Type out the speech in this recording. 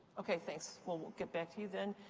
okay, thanks. we'll we'll get back to you, then.